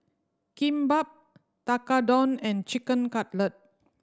Kimbap Tekkadon and Chicken Cutlet